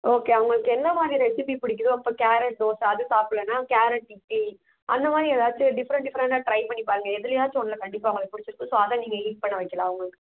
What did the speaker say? okay அவங்களுக்கு என்ன மாதிரி ரெசிபி பிடிக்கிதோ இப்போ கேரட் தோசை அது சாப்பிட்லன்னா கேரட் இட்லி அந்த மாதிரி ஏதாச்சும் டிஃப்ரெண்ட் டிஃப்ரெண்டாக ட்ரை பண்ணிப் பாருங்க எதுலையாச்சும் ஒன்றில் கண்டிப்பாக அவங்களுக்கு பிடிச்சிருக்கும் ஸோ அதை நீங்கள் ஈட் பண்ண வைக்கலாம் அவங்களுக்கு